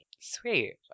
Sweet